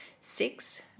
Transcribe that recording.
six